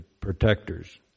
protectors